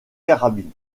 carabine